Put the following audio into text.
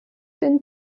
den